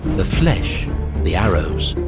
the fleches the arrows.